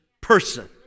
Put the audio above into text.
person